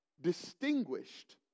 distinguished